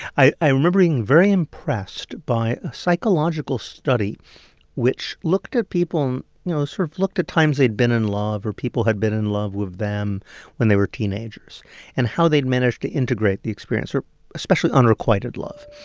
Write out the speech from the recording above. i i remember being very impressed by a psychological study which looked at people in you know, sort of looked at times they'd been in love or people had been in love with them when they were teenagers and how they'd managed to integrate the experience or especially unrequited love.